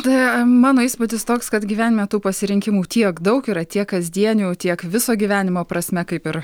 tai mano įspūdis toks kad gyvenime tų pasirinkimų tiek daug yra tiek kasdienių tiek viso gyvenimo prasme kaip ir